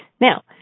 now